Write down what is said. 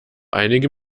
einige